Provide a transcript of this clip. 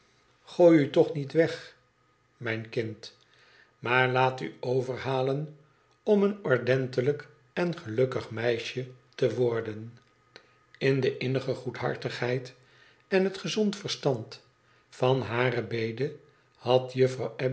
gooi u toch niet weg mijn kind maar laat u overhalen om een ordentelijk en gelukkig meisje te worden in de innige goedhartigheid en het gezond verstand van hare bede had